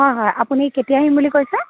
হয় হয় আপুনি কেতিয়া আহিম বুলি কৈছে